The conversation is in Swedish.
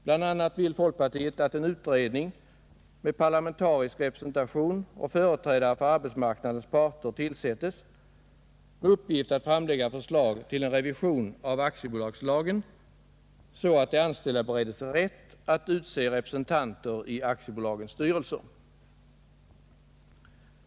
Bl a. vill folkpartiet att en utredning med parlamentarisk representation och företrädare för arbetsmarknadens parter tillsättes med uppgift att framlägga förslag till en revision av aktiebolagslagen så att de anställda beredes rätt att utse representanter i aktiebolagens styrelser.